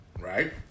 Right